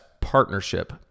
partnership